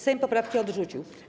Sejm poprawki odrzucił.